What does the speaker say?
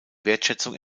wertschätzung